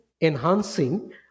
enhancing